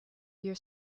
your